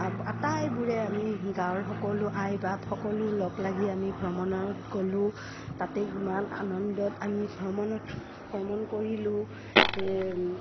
আটাইবোৰে আমি গাঁৱৰ সকলো আই বাপ সকলো লগ লাগি আমি ভ্ৰমণত গ'লোঁ তাতে ইমান আনন্দত আমি ভ্ৰমণত ভ্ৰমণ কৰিলোঁ